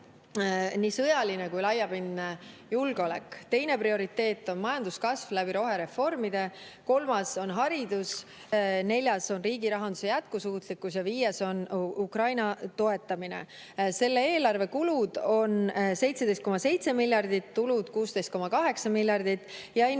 nii sõjaline kui ka laiapindne julgeolek, teine prioriteet on majanduskasv läbi rohereformide, kolmas on haridus, neljas on riigirahanduse jätkusuutlikkus ja viies on Ukraina toetamine. Selle eelarve kulud on 17,7 miljardit, tulud on 16,8 miljardit ja